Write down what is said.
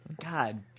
God